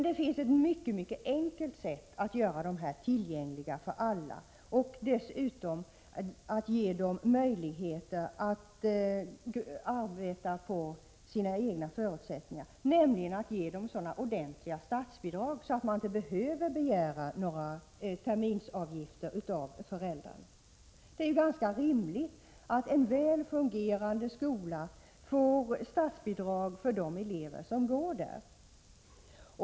Det finns ett mycket enkelt sätt att göra dessa skolor tillgängliga för alla och att därtill ge dem möjligheter att arbeta utifrån sina egna förutsättningar, nämligen att ge dem så ordentligt tilltagna statsbidrag att de inte behöver begära terminsavgifter av föräldrarna. Det är ganska rimligt att en väl fungerande skola får statsbidrag för de elever som går där.